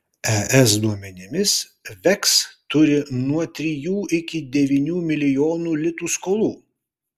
es duomenimis veks turi nuo trijų iki devynių milijonų litų skolų